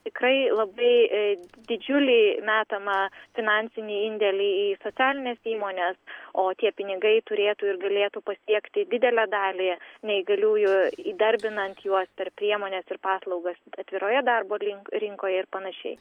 tikrai labai didžiulį metamą finansinį indėlį į socialines įmones o tie pinigai turėtų ir galėtų pasiekti didelę dalį neįgaliųjų įdarbinant juos per priemones ir paslaugas atviroje darbo rinkoje ir panašiai